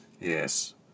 Yes